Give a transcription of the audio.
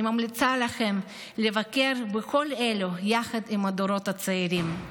אני ממליצה לכם לבקר בכל אלו יחד עם הדורות הצעירים.